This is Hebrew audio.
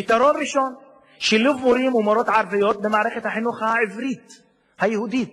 אגף החינוך הערבי אומר שבשנת הלימודים הנוכחית הוגשו למשרד החינוך